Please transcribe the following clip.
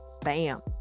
Bam